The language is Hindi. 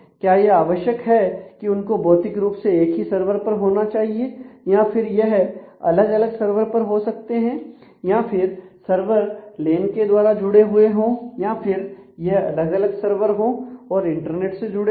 क्या यह आवश्यक है कि उनको भौतिक रूप से एक ही सर्वर पर होना चाहिए या फिर यह अलग अलग सर्वर पर हो सकते हैं या फिर सर्वर लेन के द्वारा जुड़े हुए हो या फिर यह अलग अलग सर्वर हो और इंटरनेट से जुड़े हो